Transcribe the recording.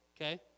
Okay